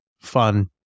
fun